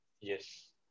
Yes